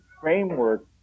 framework